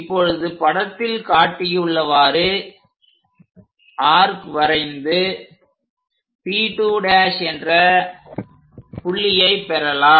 இப்பொழுது படத்தில் காட்டியுள்ளவாறு ஆர்க் வரைந்து P2' என்ற புள்ளியை பெறலாம்